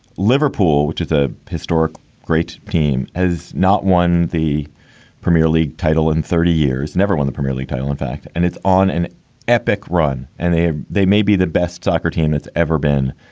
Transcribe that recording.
liverpool, which is a historic great team, has not won the premier league title in thirty years, never won the premier league title, in fact. and it's on an epic run and they ah they may be the best soccer team it's ever been.